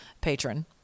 patron